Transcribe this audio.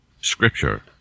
Scripture